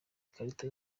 ikarita